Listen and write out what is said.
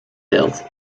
telt